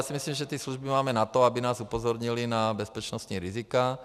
Myslím si, že služby máme na to, aby nás upozornily na bezpečnostní rizika.